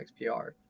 XPR